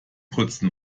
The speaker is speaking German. putzen